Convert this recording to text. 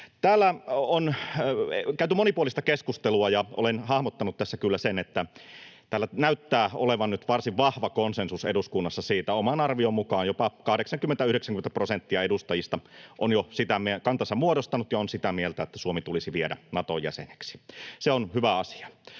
Täällä on käyty monipuolista keskustelua, ja olen hahmottanut tässä kyllä sen, että täällä näyttää olevan nyt varsin vahva konsensus eduskunnassa. Oman arvion mukaan jopa 80—90 prosenttia edustajista on jo kantansa muodostanut ja on sitä mieltä, että Suomi tulisi viedä Naton jäseneksi. Se on hyvä asia.